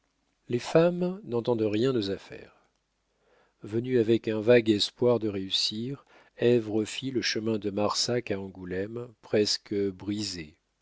les femmes n'entendent rien aux affaires venue avec un vague espoir de réussir ève refit le chemin de marsac à angoulême presque brisée